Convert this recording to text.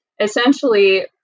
essentially